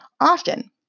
Often